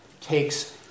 takes